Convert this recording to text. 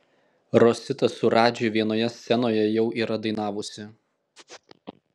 rosita su radži vienoje scenoje jau yra dainavusi